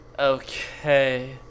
Okay